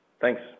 Thanks